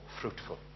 fruitful